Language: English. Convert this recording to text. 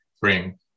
bring